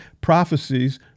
prophecies